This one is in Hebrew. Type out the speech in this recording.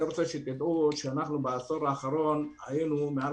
תדעו שאנחנו בעשור האחרון היינו מעל